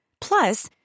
Plus